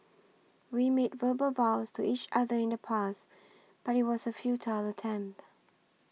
we made verbal vows to each other in the past but it was a futile attempt